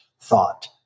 thought